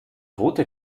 rote